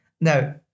Now